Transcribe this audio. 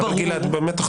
גלעד, באמת תחתור לסיום.